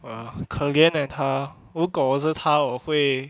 ah 可怜 eh 他如果我是他我会